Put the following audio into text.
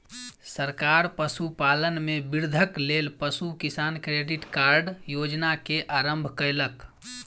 सरकार पशुपालन में वृद्धिक लेल पशु किसान क्रेडिट कार्ड योजना के आरम्भ कयलक